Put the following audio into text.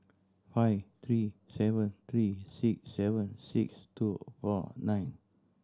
five three seven three six seven six two four nine